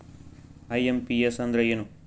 IMPS ಅಂದ್ರ ಏನು?